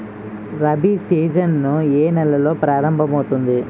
Rabi season ఏ నెలలో ప్రారంభమౌతుంది?